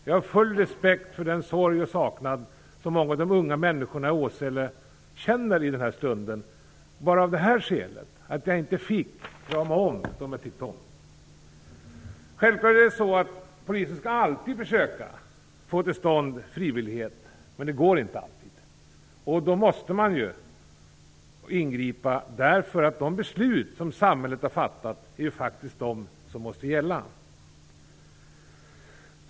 Jag har full respekt för den sorg och saknad som många av de unga människorna i Åsele känner i den här stunden av detta skäl: att de inte fick krama om dem de tyckte om. Självklart är det så att polisen alltid skall försöka få till stånd frivillighet, men det går inte alltid. Då måste de ingripa, därför att de beslut som samhället har fattat faktiskt är de som måste gälla.